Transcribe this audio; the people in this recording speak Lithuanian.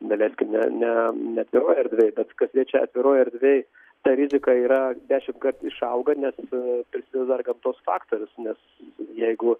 daleiskim ne ne ne atviroj erdvėj bet kas liečia atviroj erdvėj ta rizika yra dešimkart išauga nes prisideda dar gamtos faktorius nes jeigu